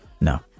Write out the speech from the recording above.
no